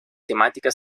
temática